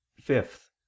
Fifth